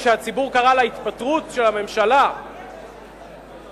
כשהציבור קרא להתפטרות של הממשלה בכיכרות,